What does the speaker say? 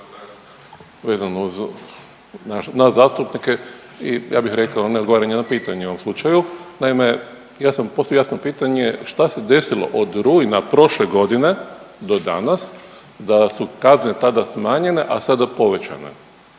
Vezano uz nas zastupnike i ja bih rekao neodgovaranje na pitanje u ovom slučaju. Naime, ja sam postavio jasno pitanje što se desilo od rujna prošle godine do danas da su kazne tada smanjene a ada povećane.